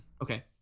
Okay